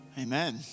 Amen